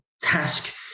task